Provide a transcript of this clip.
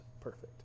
perfect